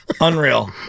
Unreal